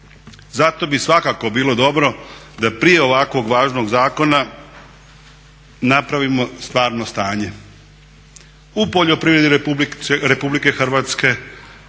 Zato bi svakako bilo dobro da prije ovakvog važnog zakona napravimo stvarno stanje. U poljoprivredi RH od malih